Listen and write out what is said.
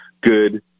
good